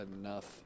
enough